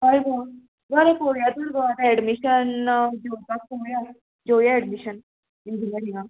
कळ्ळें मुगो बरें पोवया तर गो आतां एडमिशन घेवपाक पोवया जेवया एडमिशन इंजिनियरिंगा